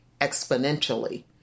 exponentially